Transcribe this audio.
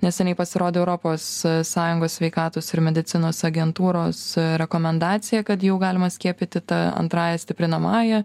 neseniai pasirodė europos sąjungos sveikatos ir medicinos agentūros rekomendacija kad jau galima skiepyti ta antrąja stiprinamąja